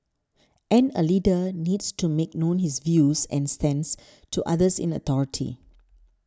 and a leader needs to make known his views and stance to others in authority